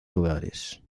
lugares